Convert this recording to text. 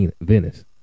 Venice